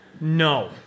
No